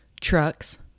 trucks